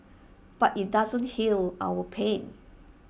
but IT doesn't heal our pain